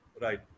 right